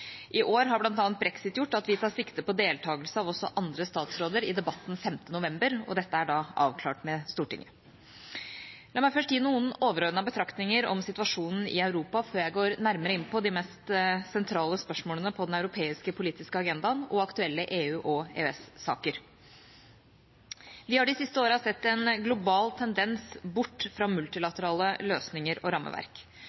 I år har bl.a. brexit gjort at vi tar sikte på deltakelse av også andre statsråder i debatten 5. november, og dette er avklart med Stortinget. La meg først gi noen overordnede betraktinger om situasjonen i Europa, før jeg går nærmere inn på noen av de mest sentrale spørsmålene på den europeiske politiske agendaen, og aktuelle EU- og EØS-saker. Vi har de siste årene sett en global tendens bort fra